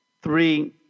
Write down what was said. three